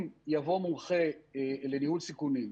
אם יבוא מומחה לניהול סיכונים,